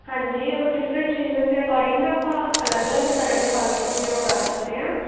ਹਾਂਜੀ ਉਹ different season ਦੇ ਅਕੋਰਡਿੰਗ ਨਾ ਆਪਾਂ ਅਲੱਗ ਅਲੱਗ ਤਰ੍ਹਾਂ ਦੇ ਫਲ ਸਬਜ਼ੀਆਂ ਉਗਾ ਸਕਦੇ ਹਾਂ